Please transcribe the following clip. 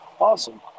Awesome